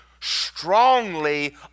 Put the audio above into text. strongly